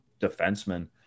defenseman